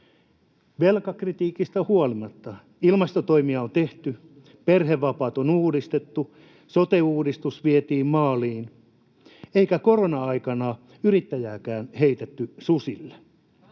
Velkakritiikistä huolimatta ilmastotoimia on tehty, perhevapaat on uudistettu, sote-uudistus vietiin maaliin, eikä korona-aikana yrittäjääkään heitetty susille.